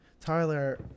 Tyler